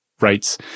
writes